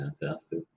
fantastic